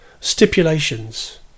stipulations